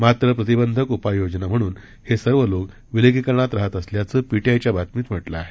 मात्र प्रतिबंधक उपाययोजना म्हणून हे सर्व लोक विलगीकरणात राहत असल्याचं पीरीआयच्या बातमीत म्हा किं आहे